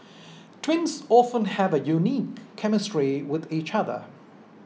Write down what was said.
twins often have a unique chemistry with each other